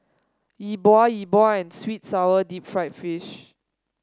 Yi Bua Yi Bua and sweet and sour Deep Fried Fish